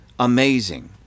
amazing